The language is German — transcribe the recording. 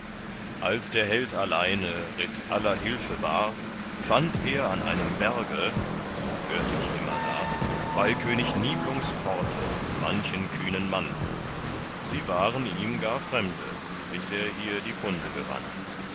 als der held alleine ritt aller hilfe bar fand er an einem berge so hört ich immerdar bei könig niblungs horte manchen kühnen mann sie waren ihm gar fremde bis er hier die kunde gewann